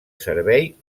servei